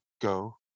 go